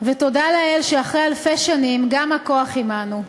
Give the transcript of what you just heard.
ותודה לאל שאחרי אלפי שנים גם הכוח עמנו.